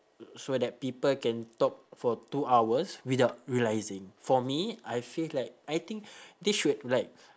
so that people can talk for two hours without realising for me I feel like I think they should like